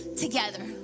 together